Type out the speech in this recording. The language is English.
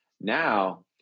now